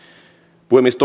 puhemies